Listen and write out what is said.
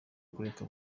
kureka